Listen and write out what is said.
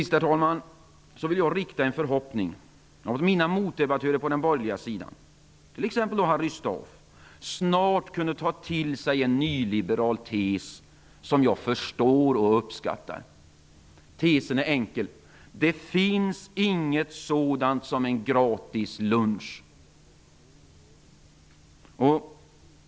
Sedan har jag en förhoppning om att mina motdebattörer på den borgerliga sidan, t.ex. Harry Staaf, snart tar till sig en nyliberal tes som jag förstår och uppskattar. Tesen är enkel: Det finns inget sådant som en gratis lunch.